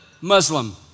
Muslim